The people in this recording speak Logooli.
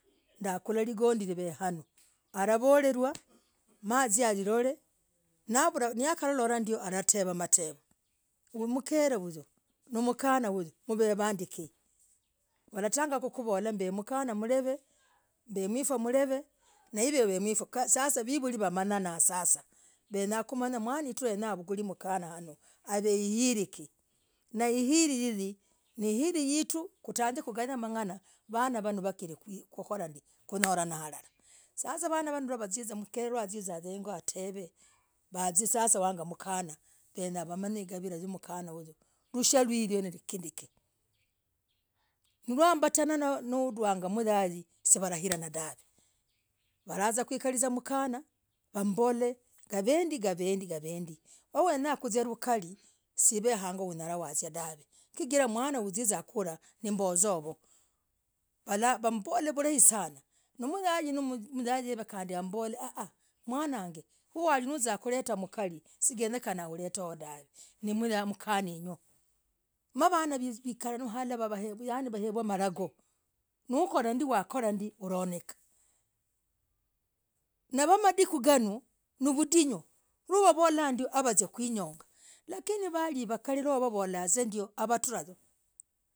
Ndahgurah ligongii liveehanoo alavorelwah maazi aliror navulah nalilolah ndioo alatevaa matevoo kwiri mkere huyu no mkanah huyuu mv wanduukii walatagaa kukuvolah uv mkanah mrev mb mwifaa mrev naiv ulifaa gindikii sasa vivuli watanga kumanyanaa venya kumanyah mwana yetu yenya avugur mkanah anoo av hiiriikii!! Na hiiriikii!!! Ni hiiriihirii!! Nihiirii!! Hituu no kujange kukorah ndii kumanyanaa sasa vanaa vanooh navazizah mkerwa nazizaa heng'oo atev wazii wagamkana higaviraah wagaa mkanah wenyawamanye higbilah wagamkana hyuu ruswah liev nikindiki rwahmbatana rwanga moyai sihirana dahv walazaa kuikalizaa mkanah wambol gavendii gavendii gavendii no wanya kuzialukarii siv hang'oo hunyalah wazizaa dahv chigirah mwana uzizaku ku kulah ni mbozoovoo mala wambol vulai sana nomyai kandi wambol mwana ag huwalikuletah mkarii genyekana urete huyoo dahv nimyaa mkanah enyuu navanah wakazwahalalah wavor yani wahevuah marangoo nuukorandii wakorerah gwonyekah namadiku nganooh nivudinyu nuuvavolahndio navazia kuinyongah lakini wali wakar mavazandio na watrayoo.